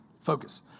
focus